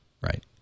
Right